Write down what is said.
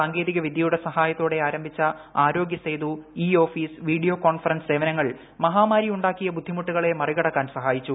സാങ്കേതികവിദ്യയുടെ സഹായത്തോടെ ആരംഭിച്ച Aarogya Setu e office video conference സേവനങ്ങൾ മഹാമാരി ഉണ്ടാക്കിയ ബുദ്ധിമുട്ടുകളെ മറികടക്കാൻ സഹായിച്ചു